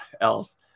else